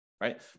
Right